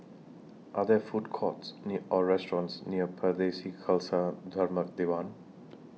Are There Food Courts near Or restaurants near Pardesi Khalsa Dharmak Diwan